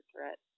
threat